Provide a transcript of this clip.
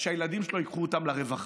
שאת הילדים שלו ייקחו לרווחה.